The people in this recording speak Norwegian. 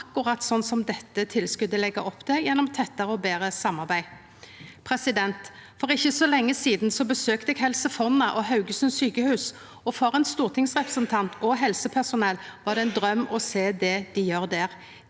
akkurat sånn som dette tilskotet legg opp til, gjennom tettare og betre samarbeid. For ikkje så lenge sidan besøkte eg Helse Fonna og Haugesund sjukehus, og for ein stortingsrepresentant og helsepersonell var det ein draum å sjå det dei gjer der.